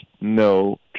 no